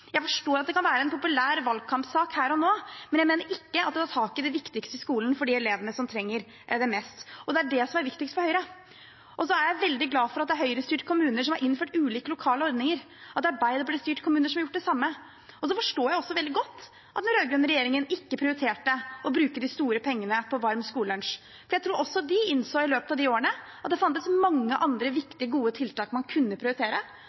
Jeg forstår at det kan være en populær valgkampsak her og nå, men jeg mener det ikke er å ta tak i det viktigste i skolen for de elevene som trenger det mest. Det er det som er viktigst for Høyre. Jeg er veldig glad for at det er Høyre-styrte kommuner som har innført ulike lokale ordninger, og at det er Arbeiderparti-styrte kommuner som har gjort det samme. Jeg forstår veldig godt at den rød-grønne regjeringen ikke prioriterte å bruke de store pengene på varm skolelunsj. Jeg tror også de innså i løpet av de årene at det fantes mange andre viktige, gode tiltak man kunne prioritere,